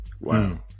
Wow